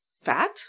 fat